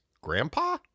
grandpa